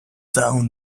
down